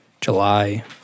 July